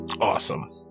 Awesome